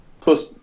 Plus